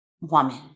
woman